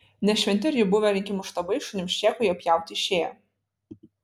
ne šventi ir jų buvę rinkimų štabai šunims šėko jau pjauti išėję